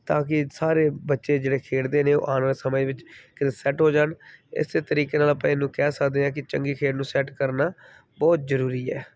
ਤਾਂ ਕਿ ਸਾਰੇ ਬੱਚੇ ਜਿਹੜੇ ਖੇਡਦੇ ਨੇ ਉਹ ਆਉਣ ਵਾਲੇ ਸਮੇਂ ਵਿੱਚ ਕਿਤੇ ਸੈੱਟ ਹੋ ਜਾਣ ਇਸ ਤਰੀਕੇ ਨਾਲ ਆਪਾਂ ਇਹਨੂੰ ਕਹਿ ਸਕਦੇ ਹਾਂ ਕਿ ਚੰਗੀ ਖੇਡ ਨੂੰ ਸੈੱਟ ਕਰਨਾ ਬਹੁਤ ਜ਼ਰੂਰੀ ਹੈ